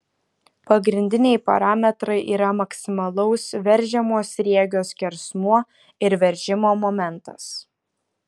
pagrindiniai parametrai yra maksimalaus veržiamo sriegio skersmuo ir veržimo momentas